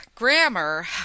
Grammar